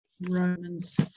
Romans